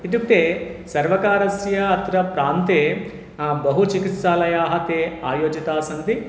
इत्युक्ते सर्वकारस्य अत्र प्रान्ते बहुचिकित्सालयाः ते आयोजिताः सन्ति